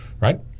right